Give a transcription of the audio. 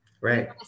Right